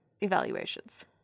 evaluations